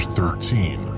Thirteen